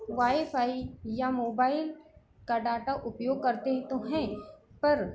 wifi या mobile का data उपयोग करते तो हैं पर